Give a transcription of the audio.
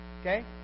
Okay